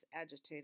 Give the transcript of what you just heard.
agitated